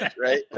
right